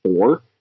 four